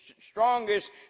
strongest